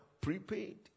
prepaid